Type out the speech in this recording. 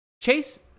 Chase